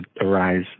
arise